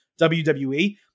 WWE